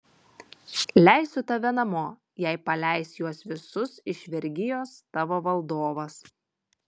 leisiu tave namo jei paleis juos visus iš vergijos tavo valdovas